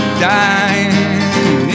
dying